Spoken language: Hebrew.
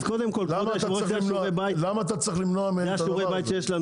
אז קודם כל אלה שיעורי הבית שיש לנו